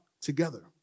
together